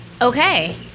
okay